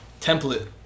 template